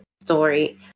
story